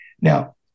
Now